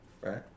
right